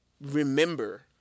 remember